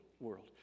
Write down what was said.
world